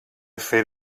fer